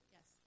Yes